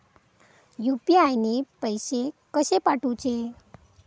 UPI ने पैशे कशे पाठवूचे?